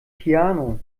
piano